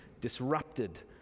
Disrupted